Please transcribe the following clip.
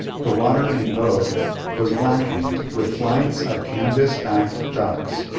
the water in both was blackened with flights of canvas-backed ducks,